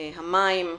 המים,